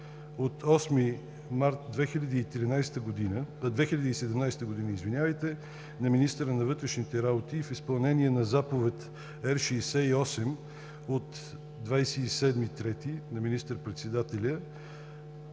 от 8 март 2017 г. на министъра на вътрешните работи в изпълнение на Заповед R-68 от 27 март на министър-председателя